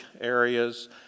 areas